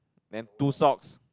then two socks